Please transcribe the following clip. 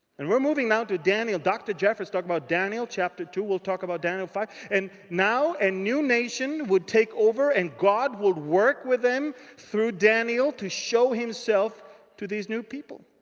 and we're moving now to daniel. dr. jeffress talked about daniel chapter two. we'll talk about daniel five. and now a and new nation would take over. and god would work with them through daniel to show himself to these new people.